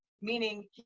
meaning